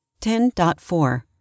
10.4